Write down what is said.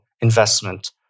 investment